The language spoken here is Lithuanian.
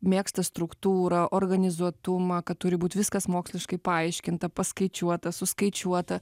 mėgsta struktūrą organizuotumą kad turi būt viskas moksliškai paaiškinta paskaičiuota suskaičiuota